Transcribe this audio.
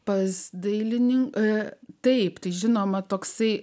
pas dailininką taip žinoma toksai